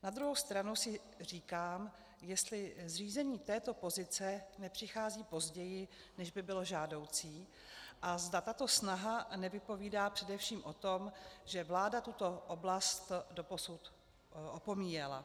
Na druhou stranu si říkám, jestli zřízení této pozice nepřichází později, než by bylo žádoucí, a zda tato snaha nevypovídá především o tom, že vláda tuto oblast doposud opomíjela.